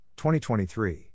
2023